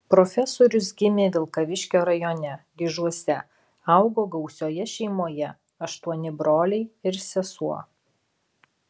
profesorius gimė vilkaviškio rajone gižuose augo gausioje šeimoje aštuoni broliai ir sesuo